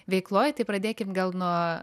veikloj tai pradėkim gal nuo